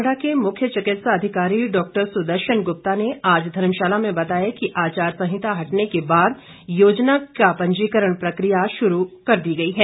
कांगड़ा के मुख्य चिकित्सा अधिकारी डॉ सुदर्शन गुप्ता ने आज धर्मशाला में बताया कि आचार संहिता हटने के बाद योजना की पंजीकरण प्रक्रिया फिर शुरू कर दी गई है